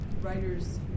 writers